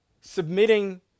submitting